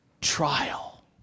trial